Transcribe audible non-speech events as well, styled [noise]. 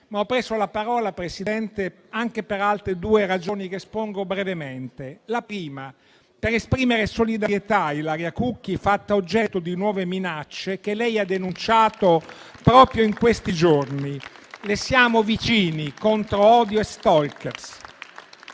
preso però la parola, Presidente, anche per altre due ragioni che espongo brevemente. La prima è per esprimere solidarietà a Ilaria Cucchi, [applause] fatta oggetto di nuove minacce che lei ha denunciato proprio in questi giorni. Le siamo vicini contro l'odio e gli *stalker*.